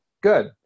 good